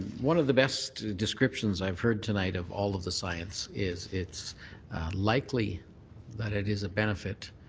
one of the best descriptions i've heard tonight of all of the science is it's likely that it is a benefit.